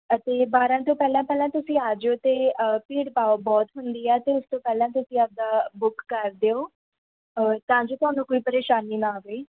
ਅਤੇ ਬਾਰਾਂ ਤੋਂ ਪਹਿਲਾਂ ਪਹਿਲਾਂ ਤੁਸੀਂ ਆ ਜਾਇਓ ਅਤੇ ਭੀੜ ਭਾਵ ਬਹੁਤ ਹੁੰਦੀ ਆ ਅਤੇ ਉਸ ਤੋਂ ਪਹਿਲਾਂ ਤੁਸੀਂ ਆਪਣਾ ਬੁੱਕ ਕਰ ਦਿਓ ਤਾਂ ਜੋ ਤੁਹਾਨੂੰ ਕੋਈ ਪਰੇਸ਼ਾਨੀ ਨਾ ਆਵੇ